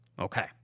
Okay